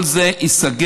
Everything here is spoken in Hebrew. כל זה ייסגר,